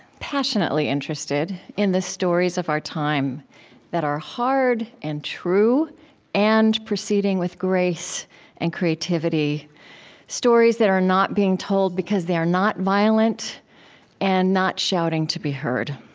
passionately interested, in the stories of our time that are hard and true and proceeding with grace and creativity stories that are not being told, because they are not violent and not shouting to be heard.